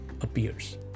appears